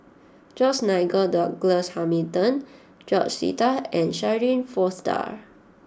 George Nigel Douglas Hamilton George Sita and Shirin Fozdar